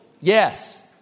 Yes